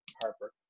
Harper